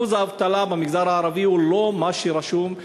אחוז האבטלה במגזר הערבי הוא לא מה שרשום,